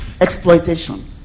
exploitation